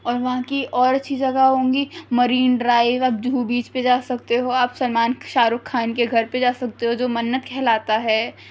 اور وہاں کی اور اچھی جگہ ہوں گی مرین ڈرائیو آپ جوہو بیچ پہ جا سکتے ہو آپ سلمان شاہ رخ خان کے گھر پہ جا سکتے ہو جو منت کہلاتا ہے